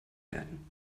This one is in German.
werden